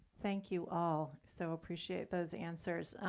thank you all, so appreciate those answers.